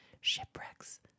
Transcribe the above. shipwrecks